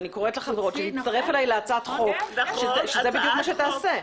ואני קוראת לחברות שלי להצטרף אלי להצעת חוק שזה בדיוק מה שתעשה.